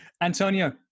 Antonio